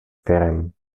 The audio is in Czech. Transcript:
firem